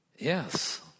Yes